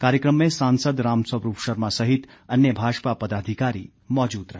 कार्यक्रम में सांसद रामस्वरूप शर्मा सहित अन्य भाजपा पदाधिकारी मौजूद रहे